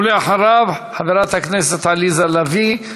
ואחריו, חברת הכנסת עליזה לביא.